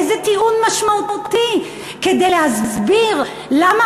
איזה טיעון משמעותי כדי להסביר למה